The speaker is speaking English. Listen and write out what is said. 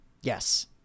yes